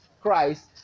christ